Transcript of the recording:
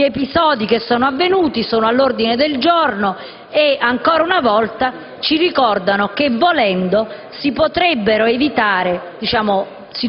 Gli episodi che sono avvenuti sono all'ordine del giorno e ancora una volta ci ricordano che si potrebbero evitare situazioni